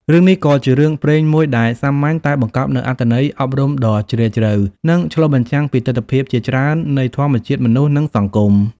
រឿងនេះក៏ជារឿងព្រេងមួយដែលសាមញ្ញតែបង្កប់នូវអត្ថន័យអប់រំដ៏ជ្រាលជ្រៅ និងឆ្លុះបញ្ចាំងពីទិដ្ឋភាពជាច្រើននៃធម្មជាតិមនុស្ស និងសង្គម។